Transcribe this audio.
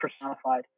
personified